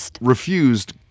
Refused